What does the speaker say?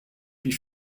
wie